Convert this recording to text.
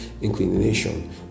inclination